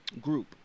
group